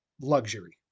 luxury